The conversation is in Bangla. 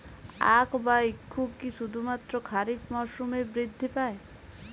আখ বা ইক্ষু কি শুধুমাত্র খারিফ মরসুমেই বৃদ্ধি পায়?